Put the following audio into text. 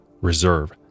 reserve